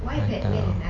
mana tahu